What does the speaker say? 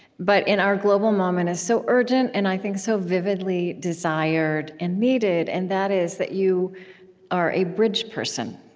but in our global moment is so urgent and, i think, so vividly desired and needed, and that is that you are a bridge person.